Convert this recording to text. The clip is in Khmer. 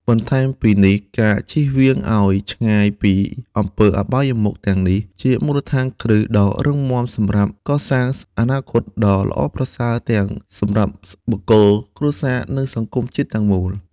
បន្ថែមពីនេះ ការចៀសវាងឲ្យឆ្ងាយពីអំពើអបាយមុខទាំងនេះ ជាមូលដ្ឋានគ្រឹះដ៏រឹងមាំសម្រាប់កសាងអនាគតដ៏ល្អប្រសើរទាំងសម្រាប់បុគ្គល គ្រួសារ និងសង្គមជាតិទាំងមូល។